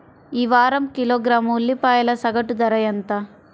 ఈ వారం కిలోగ్రాము ఉల్లిపాయల సగటు ధర ఎంత?